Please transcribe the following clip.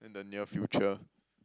in the near future